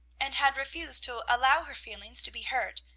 and had refused to allow her feelings to be hurt,